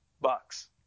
bucks